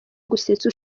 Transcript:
gusetsa